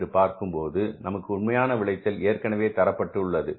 என்று பார்க்கும்போது நமக்கு உண்மையான விளைச்சல் ஏற்கனவே தரப்பட்டுள்ளது